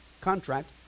contract